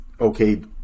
okay